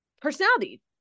personality